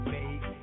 make